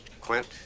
Quint